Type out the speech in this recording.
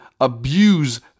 abuse